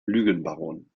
lügenbaron